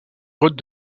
grottes